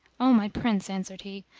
o my prince, answered he,